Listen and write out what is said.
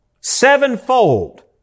sevenfold